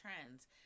trends